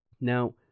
now